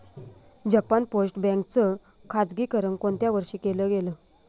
Japan post bank च खाजगीकरण कोणत्या वर्षी केलं गेलं?